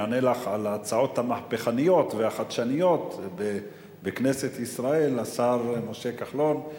יענה לך על ההצעות המהפכניות והחדשניות בכנסת ישראל השר משה כחלון,